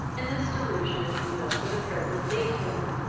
in this delusion we must for the present leave him,